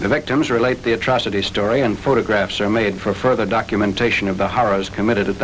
the victims relate the atrocity story and photographs are made for further documentation about committed a